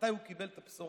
שמנווט בצורה